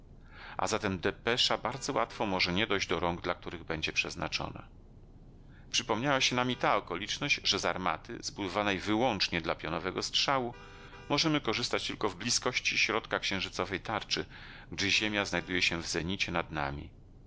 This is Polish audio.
a zatem depesza bardzo łatwo może nie dojść do rąk dla których będzie przeznaczona przypomniała się nam i ta okoliczność że z armaty zbudowanej wyłącznie dla pionowego strzału możemy korzystać tylko w blizkości środka księżycowej tarczy gdzie ziemia znajduje się w zenicie nad nami